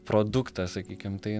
produktą sakykim tai